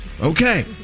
Okay